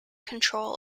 control